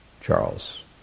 Charles